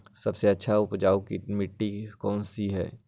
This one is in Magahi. सबसे अधिक उपजाऊ मिट्टी कौन सी हैं?